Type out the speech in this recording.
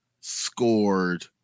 scored